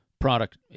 product